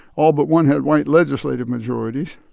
all but one had white legislative majorities.